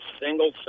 single